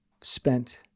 spent